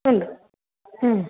ഉണ്ട്